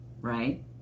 right